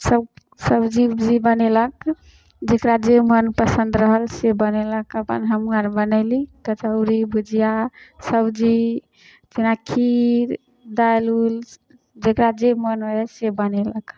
सब सब्जी उब्जी बनेलक जकरा जे मोन पसन्द रहल से बनेलक अपन हमहूँ आर बनैली कचौड़ी भुजिआ सब्जी फेना खीर दालि उलि जकरा जे मोन होइ हइ से बनेलक